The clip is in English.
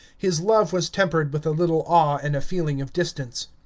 his love was tempered with a little awe and a feeling of distance.